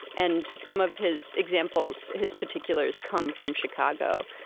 and some of his examples, his particulars, come from chicago.